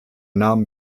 nahm